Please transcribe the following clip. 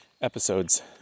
episodes